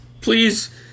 Please